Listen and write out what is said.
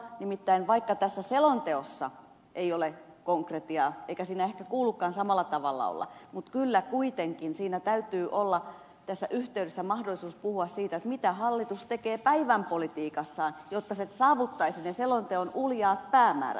nimittäin vaikka tässä selonteossa ei ole konkretiaa eikä siinä ehkä kuulukaan samalla tavalla olla kyllä kuitenkin täytyy olla tässä yhteydessä mahdollisuus puhua siitä mitä hallitus tekee päivänpolitiikassaan jotta se saavuttaisi ne selonteon uljaat päämäärät